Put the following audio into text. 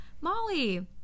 Molly